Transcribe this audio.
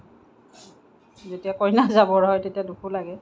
যেতিয়া কইনা যাবৰ হয় তেতিয়া দুখো লাগে